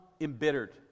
embittered